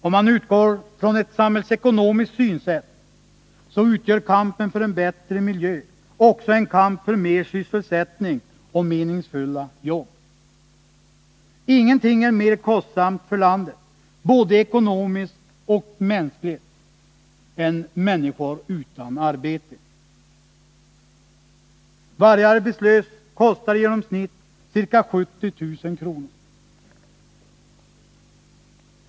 Om man utgår från ett samhällsekonomiskt synsätt, så utgör kampen för en bättre miljö också en kamp för mer sysselsättning och meningsfulla jobb. Ingenting är mer kostsamt för landet, både ekonomiskt och mänskligt, än människor utan arbete. Varje arbetslös kostar i genomsnitt ca 70 000 kr.